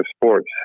Sports